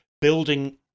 building